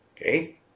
okay